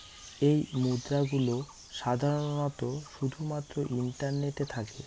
এই মুদ্রা গুলো সাধারনত শুধু মাত্র ইন্টারনেটে থাকে